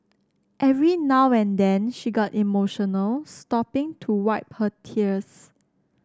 every now and then she got emotional stopping to wipe her tears